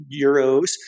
euros